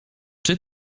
czy